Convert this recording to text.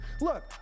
look